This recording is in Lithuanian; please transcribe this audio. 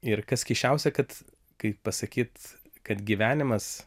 ir kas keisčiausia kad kaip pasakyt kad gyvenimas